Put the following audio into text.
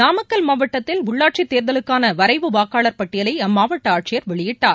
நாமக்கல் மாவட்டத்தில் உள்ளாட்சித்தேர்தலுக்கான வரைவு வாக்காளர் பட்டியலை அம்மாவட்ட ஆட்சியர் வெளியிட்டார்